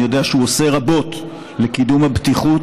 אני יודע שהוא עושה רבות לקידום הבטיחות,